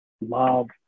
love